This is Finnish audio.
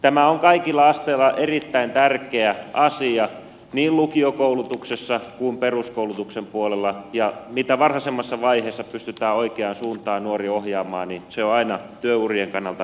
tämä on kaikilla asteilla erittäin tärkeä asia niin lukiokoulutuksessa kuin peruskoulutuksen puolella ja mitä varhaisemmassa vaiheessa pystytään oikeaan suuntaan nuori ohjaamaan se on aina työurien kannalta parempi ratkaisu